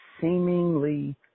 seemingly